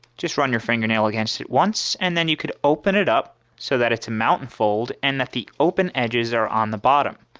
just run your fingernail against it once and then you could open it up so that it's a mountain fold and that the open edges are on the bottom.